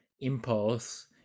impulse